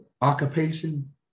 occupation